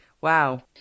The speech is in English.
Wow